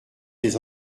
des